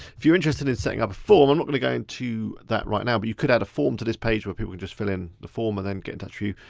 if you're interested in setting up a form, i'm not gonna go into that right now but you could add a form to this page where people just fill in the form and then get in touch for you.